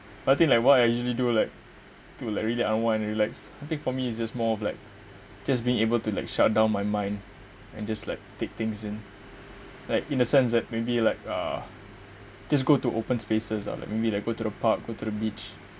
but I think like why I usually do like to like really unwind relax I think for me it's just more of like just being able to like shutdown my mind and just like take things in like in a sense that maybe like ah just go to open spaces or like maybe like go to the park go to the beach